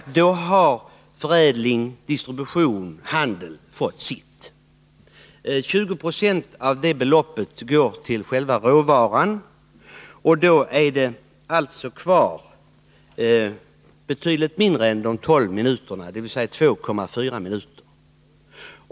Då har förädling, distribution och handel fått sitt. 20 26 av beloppet går till själva råvaran, och då återstår alltså betydligt mindre än de tolv minuterna, dvs. 2,4 minuter.